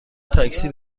تاکسی